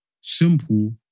simple